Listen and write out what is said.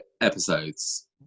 episodes